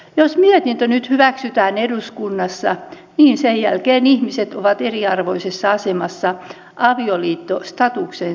jos mietintö nyt hyväksytään eduskunnassa niin sen jälkeen ihmiset ovat eriarvoisessa asemassa avioliittostatuksen saamisen suhteen